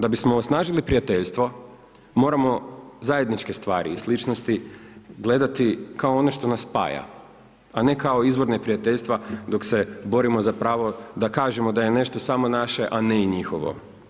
Da bismo osnažili prijateljstvo moramo zajedničke stvari i sličnosti gledati kao ono što nas spaja, a ne kao izvor neprijateljstva dok se borimo za pravo da kažemo da je nešto samo naše, a ne i njihovo.